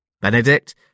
Benedict